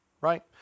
right